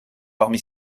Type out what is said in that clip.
parmi